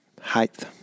Height